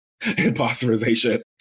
imposterization